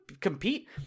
compete